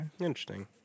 Interesting